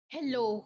Hello